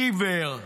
חיוור,